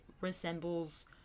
resembles